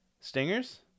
Stingers